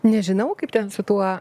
nežinau kaip ten su tuo